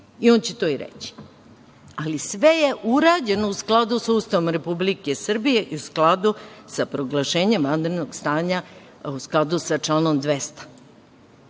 I on će to i reći. Sve je urađeno u skladu sa Ustavom Republike Srbije i u skladu sa proglašenjem vanrednog stanja u skladu sa članom